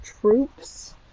troops